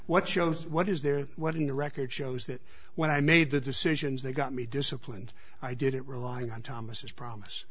what shows what is there what in the record shows that when i made the decisions they got me disciplined i did it relying on thomas promise